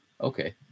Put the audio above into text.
Okay